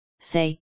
say